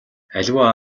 аливаа